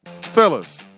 Fellas